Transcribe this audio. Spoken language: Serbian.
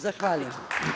Zahvaljujem.